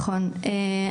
אז אני אסביר.